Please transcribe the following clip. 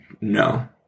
no